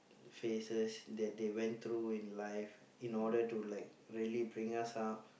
phases that they went through in life in order to like really bring us up